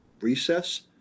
recess